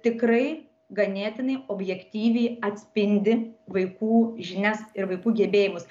tikrai ganėtinai objektyviai atspindi vaikų žinias ir vaikų gebėjimus